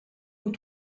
aux